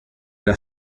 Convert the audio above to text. era